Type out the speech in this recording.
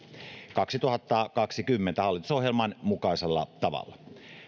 kaksituhattakaksikymmentä hallitusohjelman mukaisella tavalla